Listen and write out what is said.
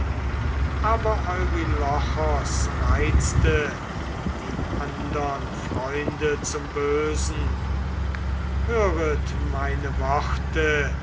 aber eurylochos reizte die andern freunde zum bösen höret meine worte